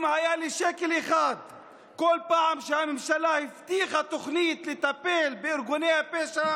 אם היה לי שקל אחד על כל פעם שהממשלה הבטיחה תוכנית לטיפול בארגוני הפשע